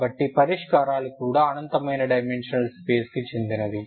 కాబట్టి పరిష్కారాలు కూడా అనంతమైన డైమెన్షనల్ స్పేస్కు చెందినవి